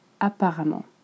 apparemment